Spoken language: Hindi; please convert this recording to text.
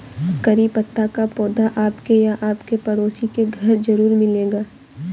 करी पत्ता का पौधा आपके या आपके पड़ोसी के घर ज़रूर मिलेगा